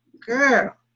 Girl